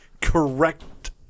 correct